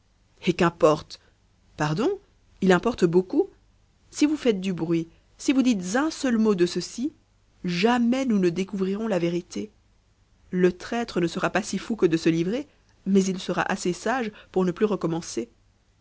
eh qu'importe pardon il importe beaucoup si vous faites du bruit si vous dites un seul mot de ceci jamais nous ne découvrirons la vérité le traître ne sera pas si fou que de se livrer mais il sera assez sage pour ne plus recommencer